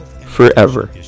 forever